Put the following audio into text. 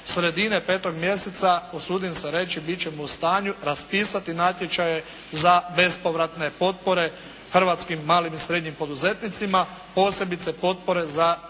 sredine 5. mjeseca usudim se reći, biti ćemo u stanju raspisati natječaje za bespovratne potpore hrvatskim malim i srednjim poduzetnicima, posebice potpore za